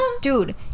dude